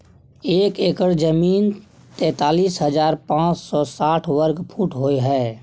एक एकड़ जमीन तैंतालीस हजार पांच सौ साठ वर्ग फुट होय हय